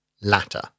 latter